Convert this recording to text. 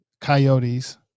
coyotes